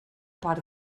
per